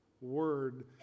word